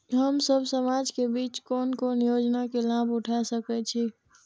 हम सब समाज के बीच कोन कोन योजना के लाभ उठा सके छी?